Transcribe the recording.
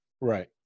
Right